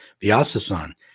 Vyasa-san